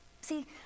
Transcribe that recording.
See